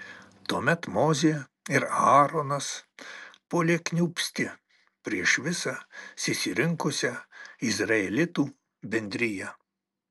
tuomet mozė ir aaronas puolė kniūbsti prieš visą susirinkusią izraelitų bendriją